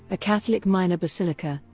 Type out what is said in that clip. a catholic minor basilica,